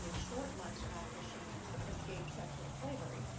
you know short months after she escaped sexual slavery,